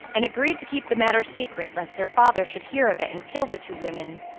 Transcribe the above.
and agreed to keep the matter secret, lest their father should hear of it and kill the two women.